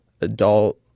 adult